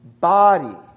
body